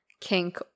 kink